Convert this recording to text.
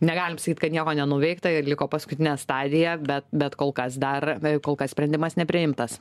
negalim sakyt kad nieko nenuveikta ir liko paskutinė stadija bet bet kol kas dar kol kas sprendimas nepriimtas